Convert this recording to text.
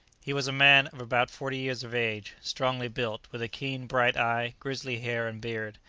he was a man of about forty years of age, strongly built, with a keen, bright eye, grizzly hair and beard,